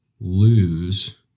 lose